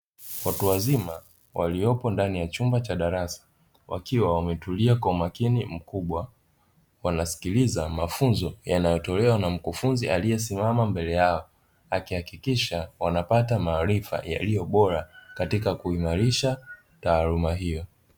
Watu wazima waliopo ndani ya chumba cha darasa wakiwa wametulia kwa umakini mkubwa, wanasikiliza mafunzo yanayotolewa na mkufunzi aliyesimama mbele yao; akihakikisha wanapata maarifa yaliyo bora katika kuimarisha taaluma hiyo.